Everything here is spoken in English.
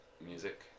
music